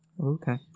okay